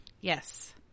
Yes